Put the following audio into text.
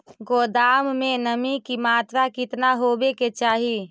गोदाम मे नमी की मात्रा कितना होबे के चाही?